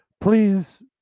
Please